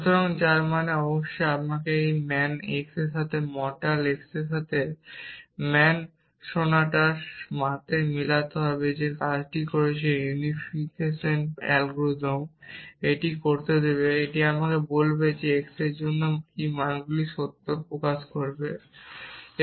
সুতরাং যার মানে অবশ্যই আমাকে এই ম্যান x এর সাথে মর্টাল x এর সাথে ম্যান সোনাটাসের সাথে মেলাতে হবে যেটি কাজ করছে ইউনিফিকেশন অ্যালগরিদম এটি করতে দেবে এটি আমাকে বলবে x এর জন্য কী মানগুলি এই সত্য প্রকাশগুলি তৈরি করবে